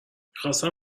خواستم